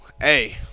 Hey